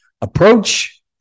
approach